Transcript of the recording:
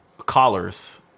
Collars